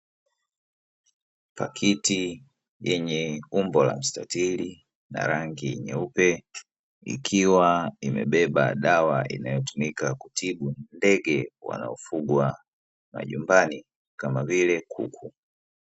Pakiti yenye umbo la mstatili na rangi nyeupe, ikiwa imebeba dawa inayotumika kutibu ndege wanaofugwa majumbani kama vile kuku.